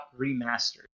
Remastered